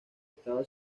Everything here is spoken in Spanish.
estaba